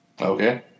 Okay